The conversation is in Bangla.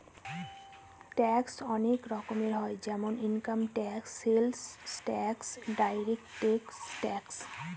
ট্যাক্স অনেক রকম হয় যেমন income tax, sales tax, direct tax